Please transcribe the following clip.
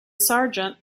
sergeant